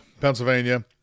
Pennsylvania